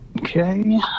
Okay